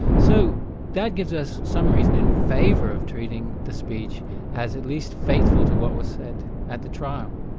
so that gives us some reason in favour of treating the speech as at least faithful to what was said at the trial.